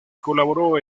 colaboró